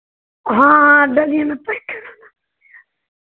हाँ हाँ डलिया में पैक कराना